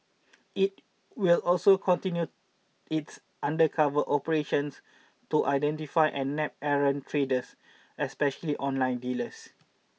it will also continue its undercover operations to identify and nab errant traders especially online dealers